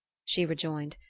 she rejoined,